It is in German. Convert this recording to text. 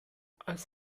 als